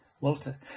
Walter